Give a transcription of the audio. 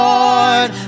Lord